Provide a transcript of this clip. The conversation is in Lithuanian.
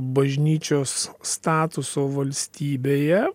bažnyčios statuso valstybėje